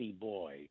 boy